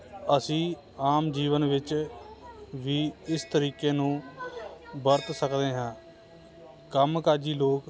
ਅਸੀਂ ਆਮ ਜੀਵਨ ਵਿੱਚ ਵੀ ਇਸ ਤਰੀਕੇ ਨੂੰ ਵਰਤ ਸਕਦੇ ਹਾਂ ਕੰਮ ਕਾਜੀ ਲੋਕ